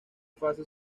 fase